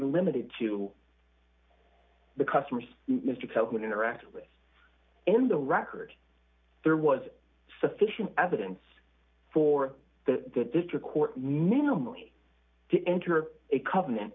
limited to the customers mr feldman interacted with in the record there was sufficient evidence for the district court minimally to enter a covenant